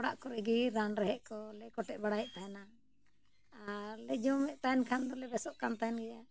ᱚᱲᱟᱜ ᱠᱚᱨᱮ ᱜᱮ ᱨᱟᱱ ᱨᱮᱦᱮᱫ ᱠᱚᱞᱮ ᱠᱚᱴᱮᱡ ᱵᱟᱲᱟᱭᱮᱫ ᱛᱟᱦᱮᱱᱟ ᱟᱨ ᱞᱮ ᱡᱚᱢᱮᱫ ᱛᱟᱦᱮᱱ ᱠᱷᱟᱱ ᱫᱚᱞᱮ ᱵᱮᱥᱚᱜ ᱠᱟᱱ ᱛᱟᱦᱮᱱ ᱜᱮᱭᱟ